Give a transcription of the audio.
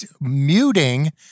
muting